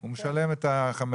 הוא משלם את ה-20.